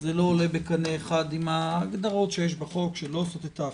שזה לא עולה בקנה אחד עם ההגדרות שיש בחוק שלא עושות את האבחנה.